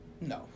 no